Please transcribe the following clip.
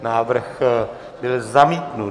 Návrh byl zamítnut.